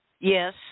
Yes